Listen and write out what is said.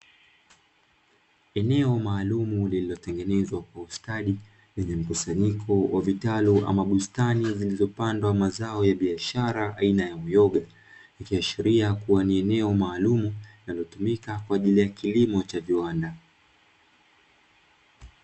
Eneo maalumu lililotengenezwa kwa ustadi lenye mkusanyiko wa vitalu ama bustani zilizopandwa mazao ya biashara aina ya uyoga. Ikiashiria kuwa ni eneo maalumu linalotumika kwaajili ya kilimo cha viwanda.